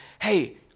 hey